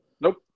Nope